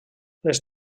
les